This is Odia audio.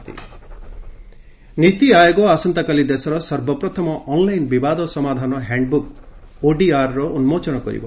ନୀତି ଆୟୋଗ ନୀତି ଆୟୋଗ ଆସନ୍ତାକାଲି ଦେଶର ସର୍ବପ୍ରଥମ ଅନଲାଇନ ବିବାଦ ସମାଧାନ ହ୍ୟାଣ୍ଡ ବୁକ୍ ଓଡିଆର୍ର ଉନ୍କୋଚନ କରିବ